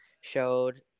showed